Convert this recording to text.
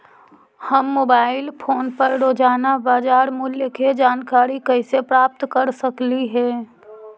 हम mobile phone पर रोजाना बाजार मूल्य के जानकारी कैसे प्राप्त कर सकली हे?